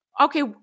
okay